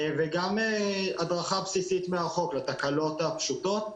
גם הדרכה בסיסית מרחוק לתקלות הפשוטות.